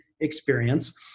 Experience